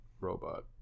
robot